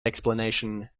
explanation